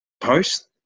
post